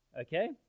okay